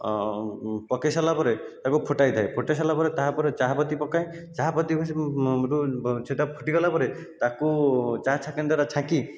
ଅଁ ପକେଇ ସାରିଲା ପରେ ତାକୁ ଫୁଟାଇ ଥାଏ ଫୁଟାଇ ସରିଲା ପରେ ତାହାପରେ ଚାହା ପତି ପକାଏ ଚାହା ପତି ସେଇଟା ଫୁଟି ଗଲା ପରେ ତାକୁ ଚାହାଛାଙ୍କା ଦ୍ୱାରା ଛାଙ୍କି